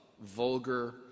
vulgar